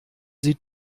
sie